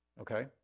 Okay